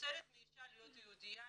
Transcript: פוסלת מאישה להיות יהודייה,